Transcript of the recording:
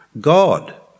God